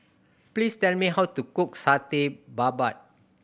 please tell me how to cook Satay Babat